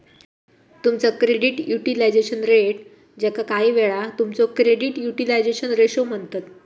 तुमचा credit utilisation rate, ज्याका काहीवेळा तुमचो क्रेडिट युटिलायझेशन रेशो म्हणतत